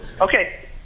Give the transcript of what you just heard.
Okay